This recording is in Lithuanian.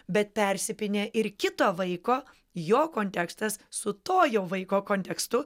bet persipynė ir kito vaiko jo kontekstas su tojo vaiko kontekstu